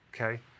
okay